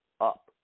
up